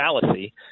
fallacy